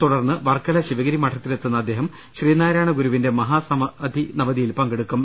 തുടർന്ന് വർക്കല ശിവഗിരി മഠത്തിലെത്തുന്ന അദ്ദേഹം ശ്രീനാരായണ ഗുരുവിന്റെ മഹാസമാധി നവതിയിൽ പങ്കെടുക്കും